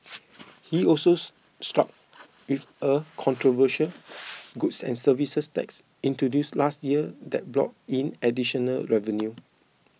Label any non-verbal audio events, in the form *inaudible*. he also *unintelligible* stuck with a controversial goods and services tax introduced last year that's brought in additional revenue